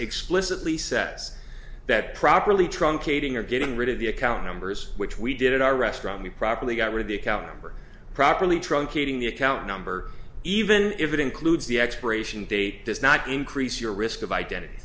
explicitly sets that properly truncating are getting rid of the account numbers which we did at our restaurant we properly got rid the account number properly truncating the account number even if it includes the expiration date does not increase your risk of identity